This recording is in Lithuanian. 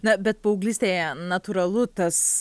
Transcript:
na bet paauglystėje natūralu tas